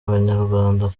abanyarwanda